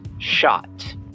shot